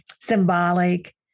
symbolic